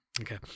Okay